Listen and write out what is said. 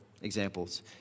examples